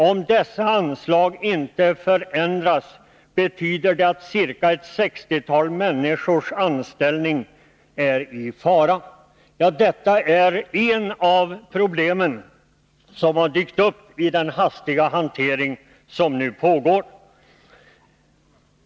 Om dessa anslag inte förändras betyder det att ca ett 60-tal människors anställning är i fara.” Detta är ett av de problem som har dykt uppi den hastiga hantering som nu pågår.